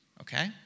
okay